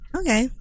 okay